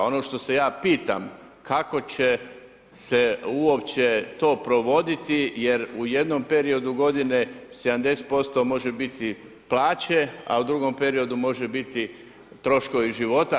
Ono što se ja pitam kako će se uopće to provoditi jer u jednom periodu godine 70% može biti plaće a u drugom periodu može biti troškovi života.